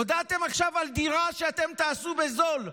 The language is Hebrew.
הודעתם עכשיו על דירה שאתם תעשו בזול,